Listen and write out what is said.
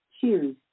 Cheers